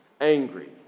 angry